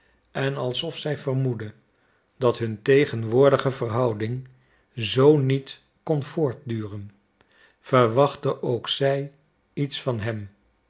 en alsof zij vermoedde dat hun tegenwoordige verhouding zoo niet kon voortduren verwachtte ook zij iets van hem